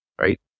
Right